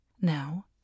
Now